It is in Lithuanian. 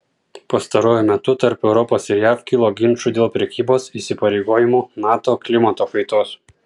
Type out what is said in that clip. pastaruoju metu tarp europos ir jav kilo ginčų dėl prekybos įsipareigojimų nato klimato kaitos